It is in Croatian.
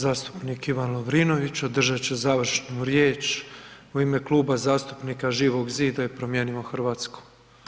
Zastupnik Ivan Lovrinović održat će završnu riječ u ime Kluba zastupnika Živog zida i Promijenimo Hrvatsku.